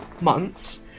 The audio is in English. months